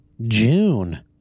June